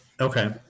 Okay